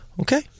Okay